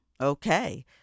okay